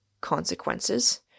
consequences